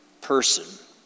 person